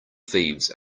thieves